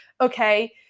okay